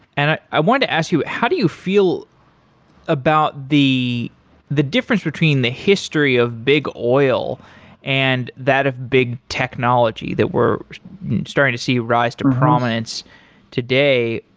and i i wanted to ask you, how do you feel about the the difference between the history of big oil and that of big technology that we're starting to see rise to prominence today?